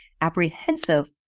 apprehensive